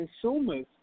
consumers